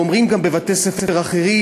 ואומרים גם בבתי-ספר אחרים,